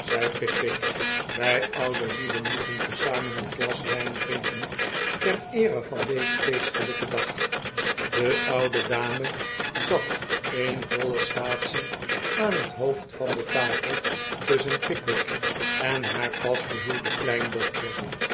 pickwick wij oude lieden moeten tezamen een glas wijn drinken ter eere van dezen feestelijken dag de oude dame zat in voile staatsie aan het hoofd van de tafel tusschen pickwick en haar pasgehuwde kleindochter